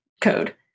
code